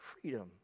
freedom